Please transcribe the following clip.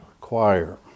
Choir